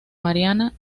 mariana